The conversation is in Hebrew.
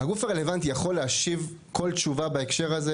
האם הגוף הרלוונטי יכול להשיב כל תשובה בהקשר הזה?